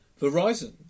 Verizon